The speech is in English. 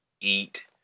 eat